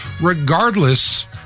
regardless